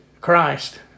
Christ